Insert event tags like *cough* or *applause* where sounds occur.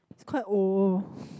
it's quite old *breath*